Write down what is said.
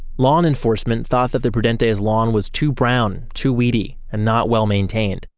lawn enforcement thought that the prudente's lawn was too brown, too weedy and not well-maintained.